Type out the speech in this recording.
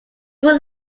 will